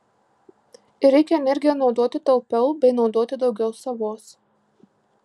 ir reikia energiją naudoti taupiau bei naudoti daugiau savos